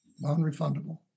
non-refundable